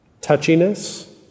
touchiness